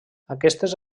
aquestes